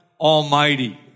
Almighty